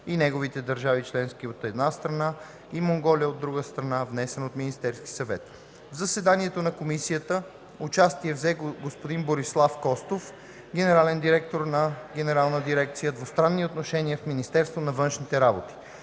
и неговите държави членки, от една страна, и Монголия, от друга страна, внесен от Министерския съвет. В заседанието на Комисията участие взе господин Борислав Костов – генерален директор на Генерална дирекция „Двустранни отношения” в Министерството на външните работи.